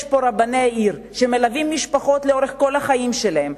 יש פה רבני עיר שמלווים משפחות לאורך כל החיים שלהן,